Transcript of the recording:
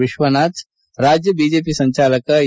ವಿಶ್ವನಾಥ್ ರಾಜ್ಯ ಬಿಜೆಪಿ ಸಂಚಾಲಕ ಎ